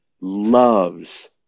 loves